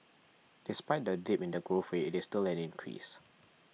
despite the dip in the growth rate it is still an increase